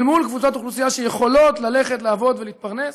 קבוצות אוכלוסייה שיכולות ללכת לעבוד ולהתפרנס,